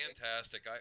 Fantastic